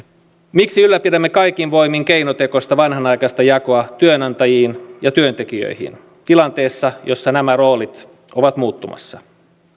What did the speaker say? miksi ylläpidämme kaikin voimin keinotekoista vanhanaikaista jakoa työnantajiin ja työntekijöihin tilanteessa jossa nämä roolit ovat muuttumassa